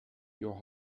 your